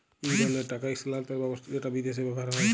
ইক ধরলের টাকা ইস্থালাল্তর ব্যবস্থা যেট বিদেশে ব্যাভার হ্যয়